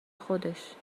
خودش